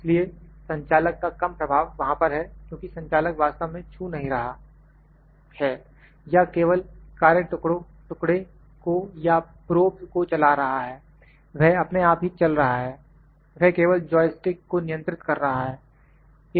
इसलिए संचालक का कम प्रभाव वहां पर है क्योंकि संचालक वास्तव में छू नहीं रहा है या केवल कार्य टुकड़े को या प्रोब को चला रहा है वह अपने आप ही चल रहा है वह केवल जॉय स्टिक को नियंत्रित कर रहा है